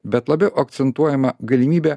bet labiau akcentuojama galimybė